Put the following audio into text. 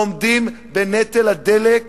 לא עומדים בנטל הדלק,